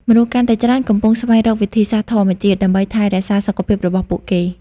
មនុស្សកាន់តែច្រើនកំពុង ស្វែងរកវិធីសាស្ត្រធម្មជាតិ ដើម្បីថែរក្សាសុខភាពរបស់ពួកគេ។